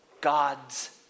God's